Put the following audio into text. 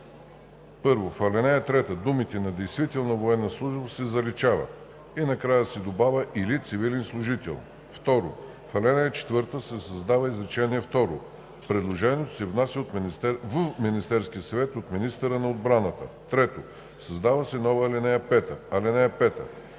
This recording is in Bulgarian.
1. В ал. 3 думите „на действителна военна служба“ се заличават и накрая се добавя „или цивилен служител“. 2. В ал. 4 се създава изречение второ: „Предложението се внася в Министерския съвет от министъра на отбраната.“ 3. Създава се нова ал. 5: